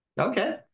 Okay